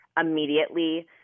immediately